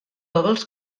els